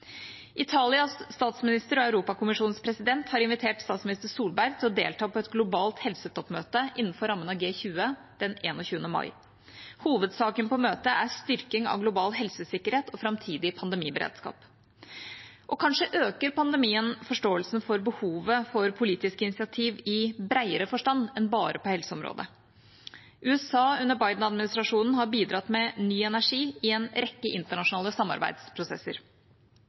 Italias statsminister og Europakommisjonens president har invitert statsminister Solberg til å delta på et globalt helsetoppmøte innenfor rammen av G20 den 21. mai. Hovedsaken på møtet er styrking av global helsesikkerhet og framtidig pandemiberedskap. Og kanskje øker pandemien forståelsen for behovet for politiske initiativ i bredere forstand enn bare på helseområdet. USA under Biden-administrasjonen har bidratt med ny energi i en rekke internasjonale samarbeidsprosesser